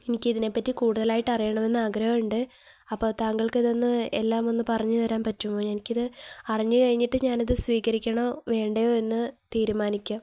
എനിക്കിതിനെപ്പറ്റി കൂടുതലായിട്ട് അറിയണമെന്ന് ആഗ്രഹമുണ്ട് അപ്പോള് താങ്കൾക്കിതൊന്ന് എല്ലാം ഒന്നു പറഞ്ഞുതരാൻ പറ്റുമോ എനിക്കിത് അറിഞ്ഞുകഴിഞ്ഞിട്ട് ഞാനിതു സ്വീകരിക്കണമോ വേണ്ടയോ എന്നു തീരുമാനിക്കാം